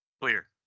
clear